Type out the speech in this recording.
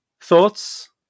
thoughts